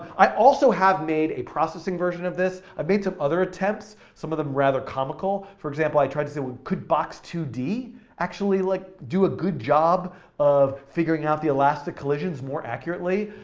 i also have made a processing version of this. i've made some other attempts, some of them rather comical. for example, i tried to say, could box two d actually like do a good job of figuring out the elastic collisions more accurately?